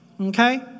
Okay